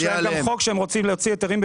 יש חוק שהם רוצים להוציא היתרים.